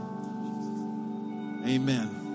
amen